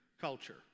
culture